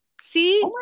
see